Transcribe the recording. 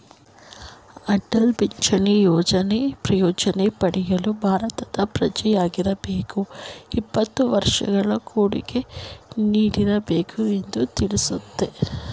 ಅಟಲ್ ಪಿಂಚಣಿ ಯೋಜ್ನ ಪ್ರಯೋಜ್ನ ಪಡೆಯಲು ಭಾರತದ ಪ್ರಜೆಯಾಗಿರಬೇಕು ಇಪ್ಪತ್ತು ವರ್ಷಗಳು ಕೊಡುಗೆ ನೀಡಿರಬೇಕು ಎಂದು ತಿಳಿಸುತ್ತೆ